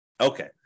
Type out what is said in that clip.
Okay